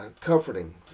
comforting